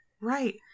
Right